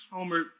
Homer